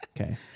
Okay